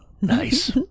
Nice